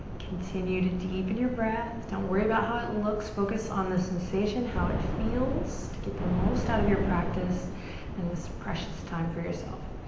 continue to deepen your breath, don't worry about how it looks. focus on the sensation, how it feels to get the most out of your practice and this precious time for yourself.